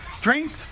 drink